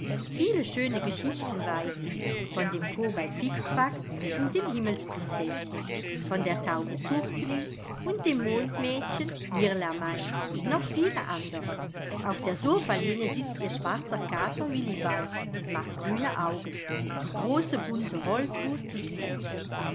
viele schöne geschichten weiß sie von dem kobold fixfax und dem himmelsprinzeßchen von der taube turtli und dem mondmädchen mirlamein und noch viele andere auf der sofalehne sitzt ihr schwarzer kater willibald und macht grüne augen die große bunte holzuhr tickt dazu